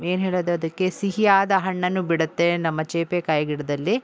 ಏನು ಹೇಳೋದು ಅದಕ್ಕೆ ಸಿಹಿಯಾದ ಹಣ್ಣನ್ನು ಬಿಡುತ್ತೆ ನಮ್ಮ ಸೀಬೇಕಾಯಿ ಗಿಡದಲ್ಲಿ